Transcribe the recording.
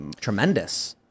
tremendous